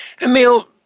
Emil